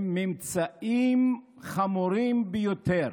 הם ממצאים חמורים ביותר,